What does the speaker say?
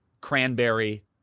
cranberry